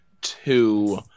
two